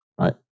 Right